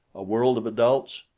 a world of adults!